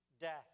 death